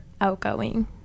outgoing